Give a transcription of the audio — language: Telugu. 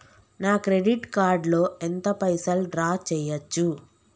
నా క్రెడిట్ కార్డ్ లో ఎంత పైసల్ డ్రా చేయచ్చు?